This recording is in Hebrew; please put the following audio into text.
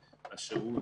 על שירות,